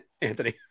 Anthony